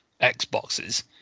Xboxes